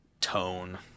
tone